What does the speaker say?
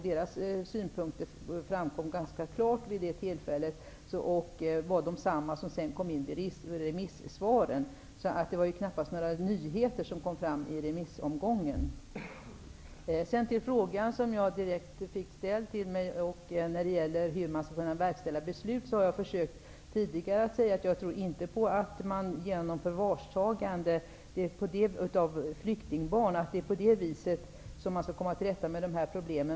Deras synpunkter framkom klart vid det tillfället. Det var samma synpunkter som sedan kom i remissvaren. Det var knappast några nyheter som kom fram i remissomgången. Det ställdes en direkt fråga till mig om hur man skall kunna verkställa beslut. Jag har tidigare försökt säga att jag inte tror att man genom förvarstagande av flyktingbarn kan komma till rätta med dessa problem.